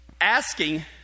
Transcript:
asking